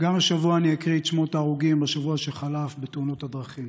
גם השבוע אני אקריא את שמות ההרוגים בשבוע שחלף בתאונות הדרכים: